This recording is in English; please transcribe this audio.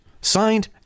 Signed